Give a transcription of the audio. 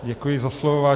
Děkuji za slovo.